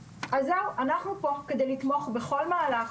אנחנו פה כדי לתמוך בכל מהלך,